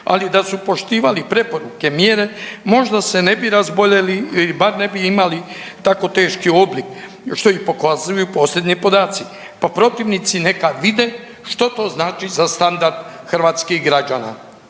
Ali da su poštivali preporuke, mjere možda se ne bi razboljeli ili bar ne bi imali tako teški oblik što i pokazuju posljednji podaci, pa protivnici neka vide što to znači za standard hrvatskih građana.